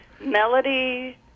melody